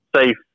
safe